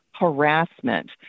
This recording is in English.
Harassment